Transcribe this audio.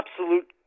absolute